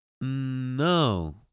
No